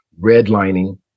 redlining